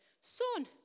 Son